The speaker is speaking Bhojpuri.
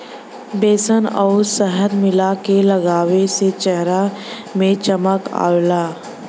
बेसन आउर शहद मिला के लगावे से चेहरा में चमक आवला